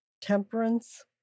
temperance